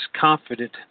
confident